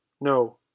No